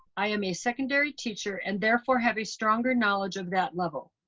i am a secondary teacher and therefore have a stronger knowledge of that level.